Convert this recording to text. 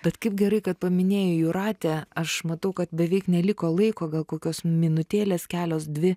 tad kaip gerai kad paminėjai jūratę aš matau kad beveik neliko laiko gal kokios minutėlės kelios dvi